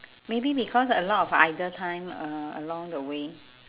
maybe because a lot of idle time uh along the way